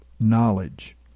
knowledge